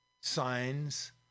signs